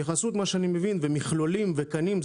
ההתייחסות ממה שאני מבין למכלולים וקנים,